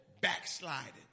backsliding